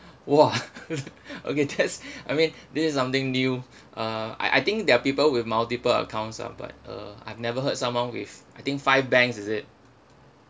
!wah! okay that's I mean this is something new uh I I think there are people with multiple accounts ah but uh I've never heard someone with I think five banks is it